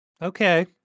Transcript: okay